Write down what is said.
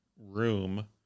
room